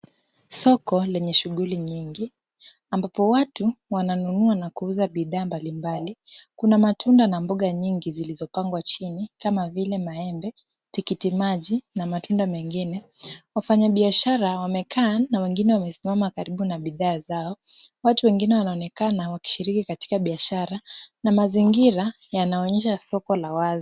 Soko lenye shughuli nyingi ambapo watu wananunua na kuuza bidhaa mbalimbali, kuna matunda na mboga nyingi zilizopangwa chini kama vile maembe, tikiti maji na matunda mengine. Wafanyibiashara wamekaa na wengine wamesimama katibu na bidhaa zao, watu wengine wanaonekana wakishiriki katika biashara na mazingira yanaonyesha soko la wazi.